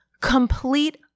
Complete